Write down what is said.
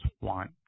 want